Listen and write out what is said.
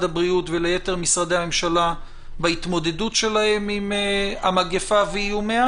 הבריאות וליתר משרדי הממשלה בהתמודדות שלהם עם המגפה ואיומיה,